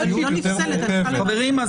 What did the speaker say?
חברים,